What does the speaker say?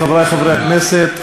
חברי חברי הכנסת,